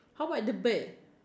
how about the bird